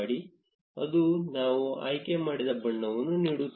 ಇದು ನಾವು ಆಯ್ಕೆ ಮಾಡಿದ ಬಣ್ಣವನ್ನು ನೀಡುತ್ತದೆ